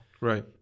right